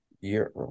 year